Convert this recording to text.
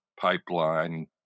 pipeline